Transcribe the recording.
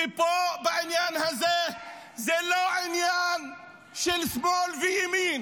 ופה בעניין הזה זה לא עניין של שמאל וימין,